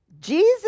Jesus